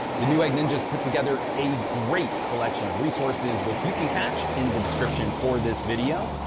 the newegg ninjas put together a great collection of resources which you can catch in the description for this video.